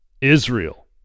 Israel